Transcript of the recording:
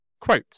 Quote